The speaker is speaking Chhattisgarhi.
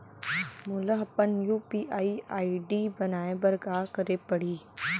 मोला अपन यू.पी.आई आई.डी बनाए बर का करे पड़ही?